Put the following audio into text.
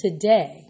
today